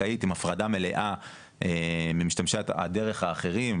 קרקעית עם הפרדה מלאה ממשתמשי הדרך האחרים,